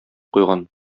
куйган